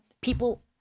People –